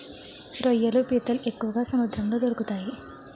రొయ్యలు పీతలు ఎక్కువగా సముద్రంలో దొరుకుతాయి